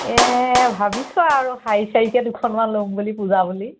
এই ভাৱিছোঁ আৰু শাৰী চাৰিকে দুখনমান ল'ম বুলি পূজা বুলি